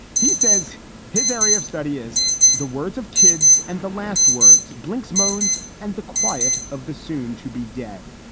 he says his area of study is the words of kids. and the last words blinks, moans and the quiet of the soon to be dead.